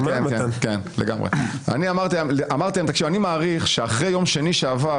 אני מעריך שאחרי יום שני שעבר,